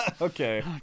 Okay